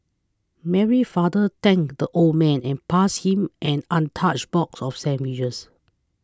Mary's father thanked the old man and passed him an untouched box of sandwiches